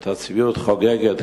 את הצביעות חוגגת,